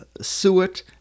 suet